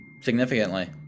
significantly